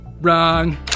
Wrong